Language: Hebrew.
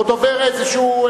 או דובר איזשהו,